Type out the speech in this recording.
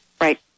Right